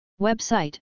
Website